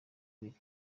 biri